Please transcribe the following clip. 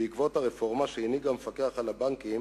בעקבות הרפורמה שהנהיג המפקח על הבנקים